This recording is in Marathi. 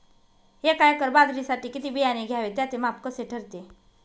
एका एकर बाजरीसाठी किती बियाणे घ्यावे? त्याचे माप कसे ठरते?